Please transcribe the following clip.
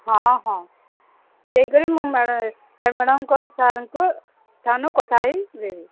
ହଁ ହଁ ଦେଇକରି ମୁଁ ହେଡ଼ ମ୍ୟାଡ଼ାମ୍ଙ୍କ ସାର୍ଙ୍କୁ ସେମାନଙ୍କୁ କଥାହେଇ ଦେବି